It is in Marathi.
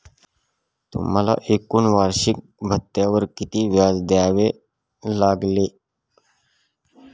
तुम्हाला एकूण वार्षिकी भत्त्यावर किती व्याज द्यावे लागले